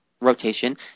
rotation